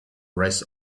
rest